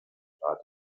hat